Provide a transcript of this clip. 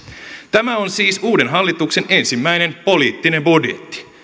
tämä on siis uuden hallituksen ensimmäinen poliittinen budjetti